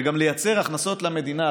וגם לייצר הכנסות למדינה.